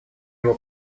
его